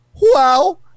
Wow